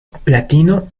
platino